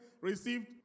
received